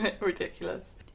ridiculous